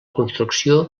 construcció